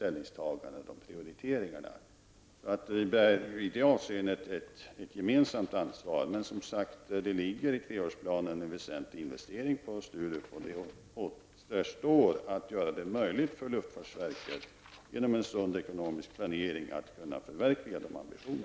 Vi bär i det avseendet ett gemensamt ansvar. Men i treårsplanen finns som sagt en väsentlig investering på Sturup. Det återstår att göra det möjligt för luftfartsverket att förverkliga de ambitionerna genom en sund ekonomisk planering.